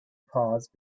pause